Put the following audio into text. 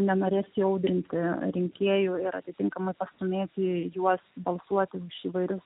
nenorės jaudrinti rinkėjų ir atitinkamai pastūmėti juos balsuoti už įvairius